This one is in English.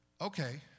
okay